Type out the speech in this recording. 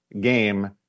game